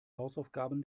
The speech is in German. hausaufgaben